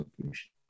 solution